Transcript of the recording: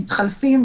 מתחלפים,